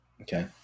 okay